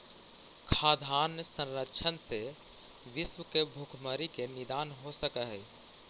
खाद्यान्न संरक्षण से विश्व के भुखमरी के निदान हो सकऽ हइ